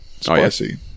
spicy